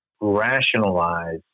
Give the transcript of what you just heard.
rationalize